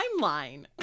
timeline